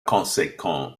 conséquent